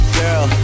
girl